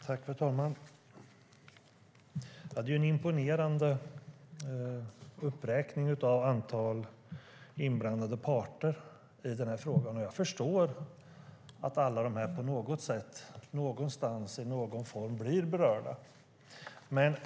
Fru talman! Det är ett imponerande antal inblandade parter som räknas upp när det gäller den här frågan. Jag förstår att de alla på något sätt, någonstans och i någon form blir berörda.